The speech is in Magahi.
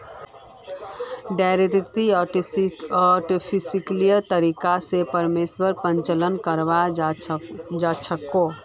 डेयरीत आर्टिफिशियल तरीका स मवेशी प्रजनन कराल जाछेक